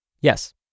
Yes